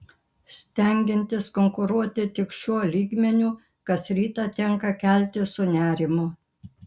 stengiantis konkuruoti tik šiuo lygmeniu kas rytą tenka keltis su nerimu